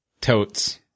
Totes